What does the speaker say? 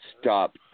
stop